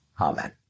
amen